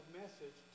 message